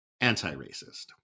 anti-racist